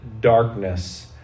darkness